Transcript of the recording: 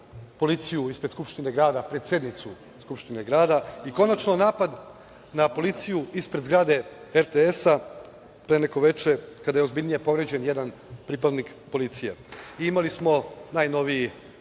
policiju ispred Skupštine grada pred sednicu Skupštine grada i, konačno, napad na policiju ispred zgrade RTS-a pre neko veče, kada je ozbiljnije povređen jedan pripadnik policije. Imali smo i najnovije